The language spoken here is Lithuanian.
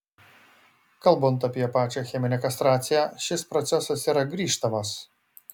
kalbant apie pačią cheminę kastraciją šis procesas yra grįžtamas